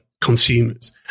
consumers